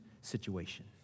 situation